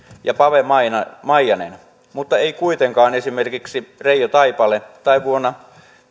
ja pave maijanen mutta eivät kuitenkaan esimerkiksi reijo taipale tai vuonna